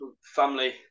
family